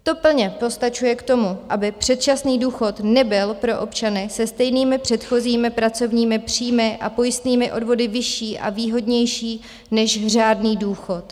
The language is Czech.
To plně postačuje k tomu, aby předčasný důchod nebyl pro občany se stejnými předchozími pracovními příjmy a pojistnými odvody vyšší a výhodnější než řádný důchod.